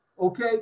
okay